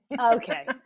Okay